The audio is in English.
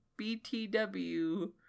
BTW